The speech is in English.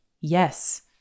yes